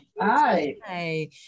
Hi